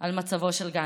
על מצבו של גנדי.